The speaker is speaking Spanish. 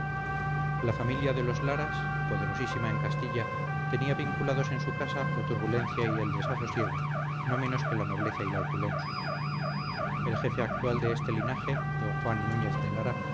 la familia de los laras poderosísima en castilla tenía vinculados en su casa la turbulencia y el desasosiego no menos que la nobleza y la opulencia el jefe actual de este linaje don juan núñez de lara